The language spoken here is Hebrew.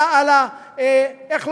איך לומר,